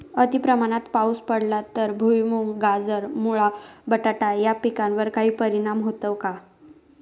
अतिप्रमाणात पाऊस पडला तर भुईमूग, गाजर, मुळा, बटाटा या पिकांवर काही परिणाम होतो का?